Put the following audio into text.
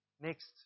Next